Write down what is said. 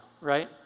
right